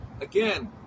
Again